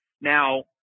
now